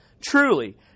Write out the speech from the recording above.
Truly